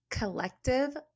Collective